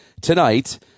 tonight